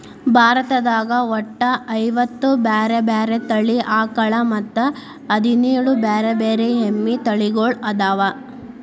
ಭಾರತದಾಗ ಒಟ್ಟ ಐವತ್ತ ಬ್ಯಾರೆ ಬ್ಯಾರೆ ತಳಿ ಆಕಳ ಮತ್ತ್ ಹದಿನೇಳ್ ಬ್ಯಾರೆ ಬ್ಯಾರೆ ಎಮ್ಮಿ ತಳಿಗೊಳ್ಅದಾವ